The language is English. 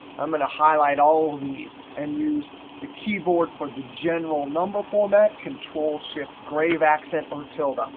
i'm going to highlight all of these and use the keyboard for the general number format control-shift, grave accent or tilde, ah